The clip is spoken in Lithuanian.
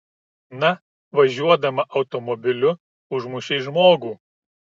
na važiuodama automobiliu užmušei žmogų